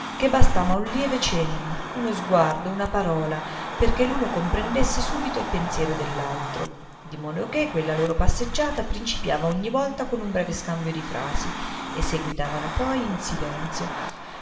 che bastava un lieve cenno uno sguardo una parola perché l'uno comprendesse subito il pensiero dell'altro dimodoché quella loro passeggiata principiava ogni volta con un breve scambio di frasi e seguitavano poi in silenzio